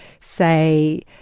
say